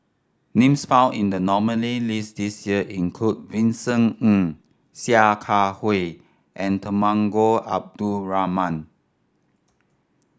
names found in the nominee list this year include Vincent Ng Sia Kah Hui and Temenggong Abdul Rahman